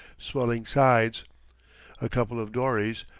swelling sides a couple of dories,